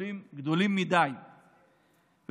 בערים המעורבות,